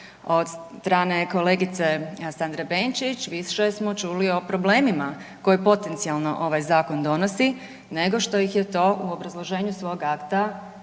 Od strane kolegice Sandre Benčić više smo čuli o problemima koje potencijalno ovaj zakon donosi nego što ih je to u obrazloženju svog akta